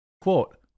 Quote